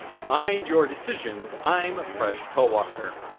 mind your decisions. i am presh talwalkar.